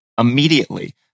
immediately